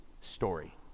story